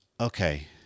okay